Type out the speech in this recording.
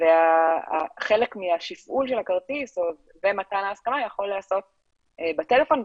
וחלק מהתפעול של הכרטיס ומתן ההסכמה יכול להיעשות בטלפון,